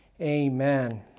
Amen